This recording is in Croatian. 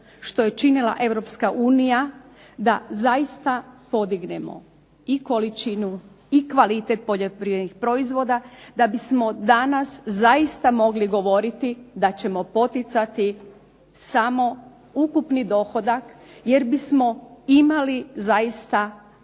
što je činila Europska unija da zaista podignemo i količinu i kvalitet poljoprivrednih proizvoda da bismo danas zaista mogli govoriti da ćemo poticati samo ukupni dohodak jer bismo imali zaista